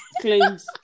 Claims